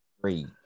three